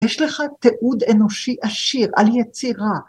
יש לך תיעוד אנושי עשיר על יצירה.